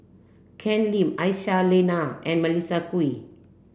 Ken Lim Aisyah Lyana and Melissa Kwee